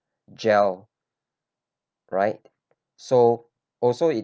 gel right so also it